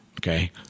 okay